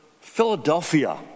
Philadelphia